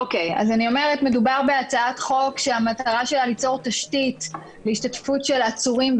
מדובר בהצעת חוק שהמטרה שלה היא ליצור תשתית להשתתפות של עצורים,